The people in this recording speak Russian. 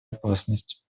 опасность